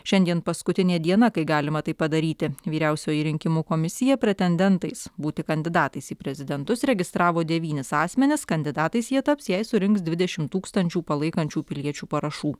šiandien paskutinė diena kai galima tai padaryti vyriausioji rinkimų komisija pretendentais būti kandidatais į prezidentus registravo devynis asmenis kandidatais jie taps jei surinks dvidešimt tūkstančių palaikančių piliečių parašų